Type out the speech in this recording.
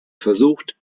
versucht